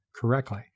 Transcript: correctly